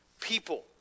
people